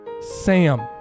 Sam